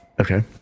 Okay